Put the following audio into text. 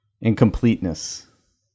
incompleteness